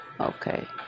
okay